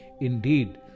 Indeed